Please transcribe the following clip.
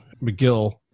McGill